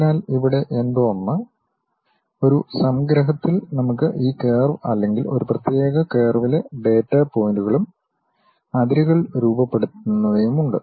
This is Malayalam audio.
അതിനാൽ ഇവിടെ എന്തോ ഒന്ന് ഒരു സംഗ്രഹത്തിൽ നമുക്ക് ഈ കർവ് അല്ലെങ്കിൽ ആ പ്രത്യേക കർവിലെ ഡാറ്റാ പോയിന്റുകളും അതിരുകൾ രൂപപ്പെടുത്തുന്നവയുമുണ്ട്